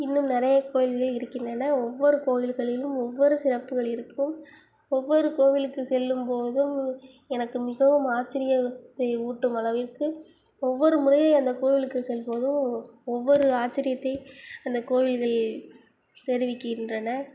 இன்னும் நிறைய கோவில்கள் இருக்கின்றன ஒவ்வொரு கோவில்களிலும் ஒவ்வொரு சிறப்புகள் இருக்கும் ஒவ்வொரு கோவிலுக்கு செல்லும் போதும் எனக்கு மிகவும் ஆச்சரியத்தை ஊட்டும் அளவிற்கு ஒவ்வொரு முறையும் அந்த கோவிலுக்கு செல்லும் போதும் ஒவ்வொரு ஆச்சரியத்தை அந்த கோவில்கள் தெரிவிக்கின்றன